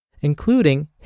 including